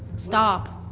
stop.